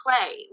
play